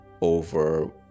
over